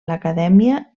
l’acadèmia